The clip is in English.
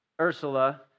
Ursula